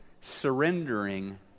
surrendering